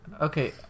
Okay